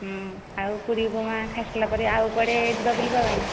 ଆଉ ପୁରୀ ଉପମା ଖାଇସାରିଲା ପରେ ଆଉ କୁଆଡ଼େ ଯିବା ବୁଲିବା ପାଇଁ